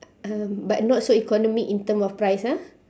um but not so economic in terms of price ah